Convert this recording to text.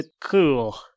Cool